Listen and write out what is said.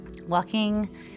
walking